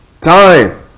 Time